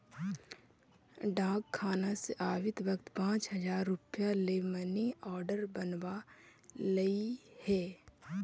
डाकखाना से आवित वक्त पाँच हजार रुपया ले मनी आर्डर बनवा लइहें